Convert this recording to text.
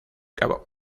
gabón